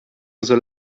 soll